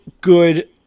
good